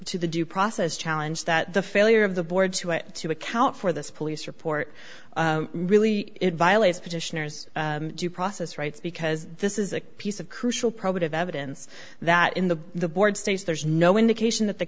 due process challenge that the failure of the board to it to account for this police report really it violates petitioners due process rights because this is a piece of crucial probative evidence that in the the board states there's no indication that the